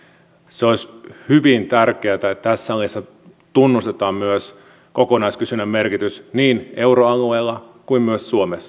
se olisi hyvin tärkeätä että tässä salissa tunnustetaan myös kokonaiskysynnän merkitys niin euroalueella kuin myös suomessa